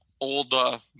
old